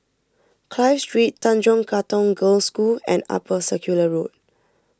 Clive Street Tanjong Katong Girls' School and Upper Circular Road